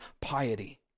piety